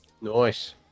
Nice